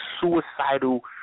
suicidal